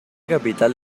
capital